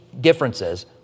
differences